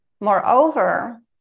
moreover